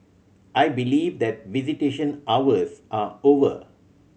I believe that visitation hours are over